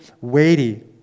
weighty